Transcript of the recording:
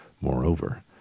moreover